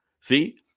See